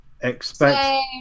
Expect